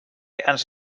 ens